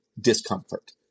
discomfort